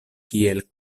kiel